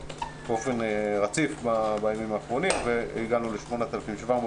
באופן רציף בימים האחרונים והגענו ל-7,838,